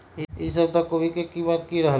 ई सप्ताह कोवी के कीमत की रहलै?